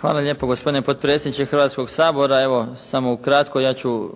Hvala lijepo gospodine potpredsjedniče Hrvatskoga sabora, evo samo ukratko, ja ću